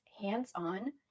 hands-on